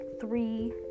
three